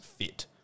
fit